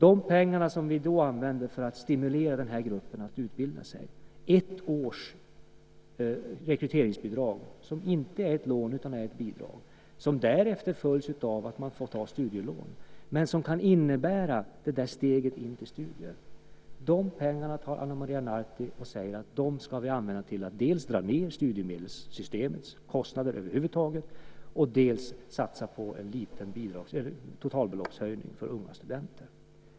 Vi använder pengarna för att stimulera den här gruppen att utbilda sig, med ett års rekryteringsbidrag, som inte är ett lån utan ett bidrag och som därefter följs av att man får ta studielån. Det kan innebära det där steget in till studier. De pengarna säger Ana Maria Narti ska användas till att dels dra ned studiemedelssystemets kostnader över huvud taget, dels satsa på en liten totalbeloppshöjning för unga studenter.